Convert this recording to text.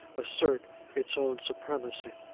assert its own supremacy.